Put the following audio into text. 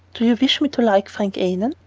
do you wish me to like frank annon?